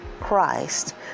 Christ